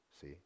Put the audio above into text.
see